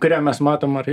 kurią mes matom ar